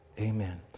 Amen